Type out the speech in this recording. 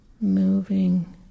Moving